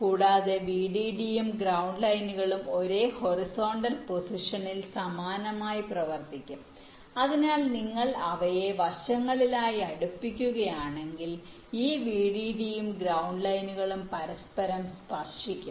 കൂടാതെ വിഡിഡിയും ഗ്രൌണ്ട് ലൈനുകളും ഒരേ ഹൊറിസോണ്ടൽ പൊസിഷനിൽ സമാനമായി പ്രവർത്തിക്കും അതിനാൽ നിങ്ങൾ അവയെ വശങ്ങളിലായി അടുപ്പിക്കുകയാണെങ്കിൽ ഈ വിഡിഡിയും ഗ്രൌണ്ട് ലൈനുകളും പരസ്പരം സ്പർശിക്കും